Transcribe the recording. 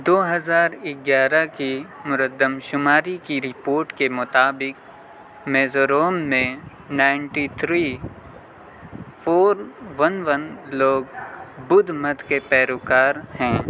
دو ہزار اگیارہ کی مردم شماری کی رپورٹ کے مطابق میزوروم میں ninety three four one one لوگ بدھ مت کے پیروکار ہیں